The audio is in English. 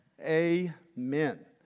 Amen